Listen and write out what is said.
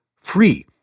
Free